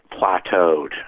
plateaued